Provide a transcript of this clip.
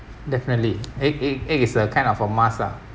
definitely egg egg egg is a kind of a must ah